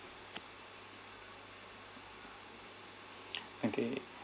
okay